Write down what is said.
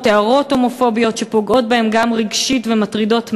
הערות הומופוביות שפוגעות בהם גם רגשית ומטרידות מאוד.